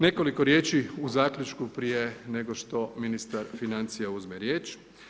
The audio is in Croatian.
Nekoliko riječi u zaključku prije nego što ministar financija uzme riječ.